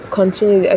continue